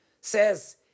says